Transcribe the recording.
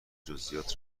جزییات